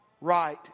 right